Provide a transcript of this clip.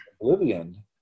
oblivion